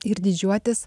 ir didžiuotis